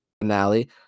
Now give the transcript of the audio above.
finale